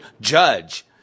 judge